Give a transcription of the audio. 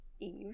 Eve